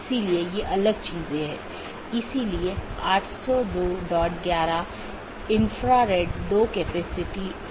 इसलिए बहुत से पारगमन ट्रैफ़िक का मतलब है कि आप पूरे सिस्टम को ओवरलोड कर रहे हैं